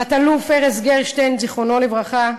תת-אלוף ארז גרשטיין, זיכרונו לברכה,